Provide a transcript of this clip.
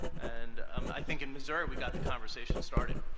and um i think in missouri we got the conversation started.